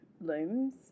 looms